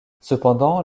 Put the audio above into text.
cependant